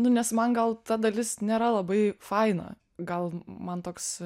nu nes man gal ta dalis nėra labai faina gal man toks